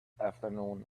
afternoon